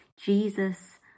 Jesus